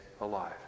alive